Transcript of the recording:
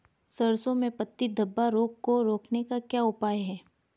सरसों में पत्ती धब्बा रोग को रोकने का क्या उपाय है?